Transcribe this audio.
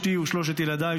אשתי ושלושת ילדיי,